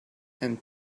and